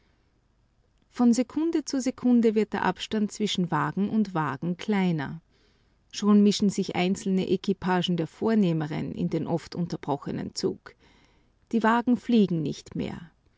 von sekunde zu sekunde wird der abstand zwischen wagen und wagen kleiner schon mischen sich einzelne equipagen der vornehmeren in den oft unterbrochenen zug die wagen fliegen nicht mehr